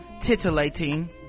titillating